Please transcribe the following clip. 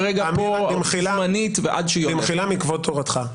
בכלל לא פותרת את הבעיה שאני מוצא.